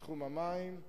בתחום המים,